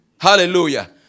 Hallelujah